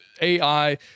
ai